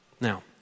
Now